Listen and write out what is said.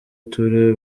turere